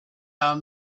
our